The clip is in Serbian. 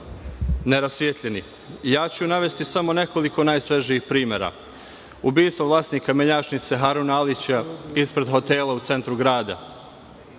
nerasvetljeni. Navešću samo nekoliko najsvežijih primera – ubistvo vlasnika menjačnice Hanura Alića, ispred hotela u centru grada,